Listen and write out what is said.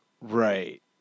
Right